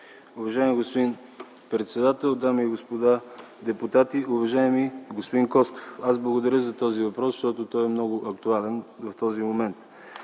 Уважаеми господин председател, дами и господа депутати! Уважаеми господин Костов, аз благодаря за този въпрос, защото той е много актуален в този момент.